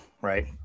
right